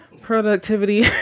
Productivity